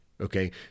okay